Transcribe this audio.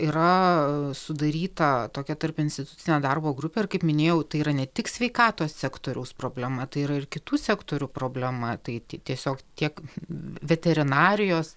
yra sudaryta tokia tarpinstitucinė darbo grupė ir kaip minėjau tai yra ne tik sveikatos sektoriaus problema tai yra ir kitų sektorių problema tai tiesiog tiek veterinarijos